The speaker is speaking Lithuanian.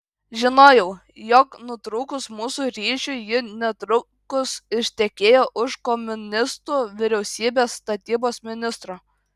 žinojau jog nutrūkus mūsų ryšiui ji netrukus ištekėjo už komunistų vyriausybės statybos ministro